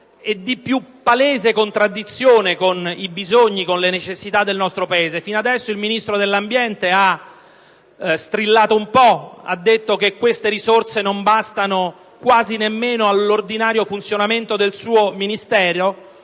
e di più palese contraddizione con le necessità del nostro Paese. Fino ad ora, il Ministro dell'ambiente ha strillato un po', ha detto che queste risorse non bastano quasi nemmeno all'ordinario funzionamento del suo Ministero,